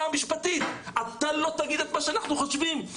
המשפטית 'אתה לא תגיד את מה שאנחנו חושבים,